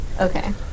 Okay